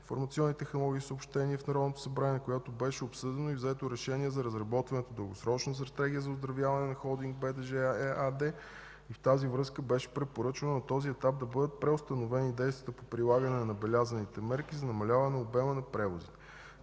информационни технологии и съобщения в Народното събрание, в която беше обсъдено и взето решение за разработване на дългосрочна стратегия за оздравяване на „Холдинг БДЖ” ЕАД. В тази връзка беше препоръчано на този етап да бъдат преустановени действията по прилагане на набелязаните мерки за намаляване обема на превозите.